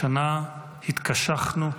השנה התקשחנו והתחשלנו,